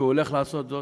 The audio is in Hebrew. והוא הולך לעשות זאת.